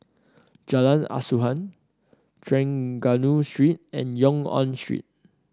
Jalan Asuhan Trengganu Street and Yung An Road